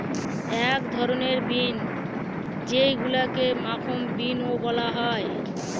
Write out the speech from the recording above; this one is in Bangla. এক ধরনের বিন যেইগুলাকে মাখন বিনও বলা হয়